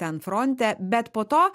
ten fronte bet po to